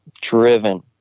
Driven